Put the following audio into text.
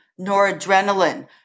noradrenaline